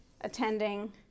attending